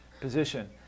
position